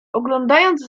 oglądając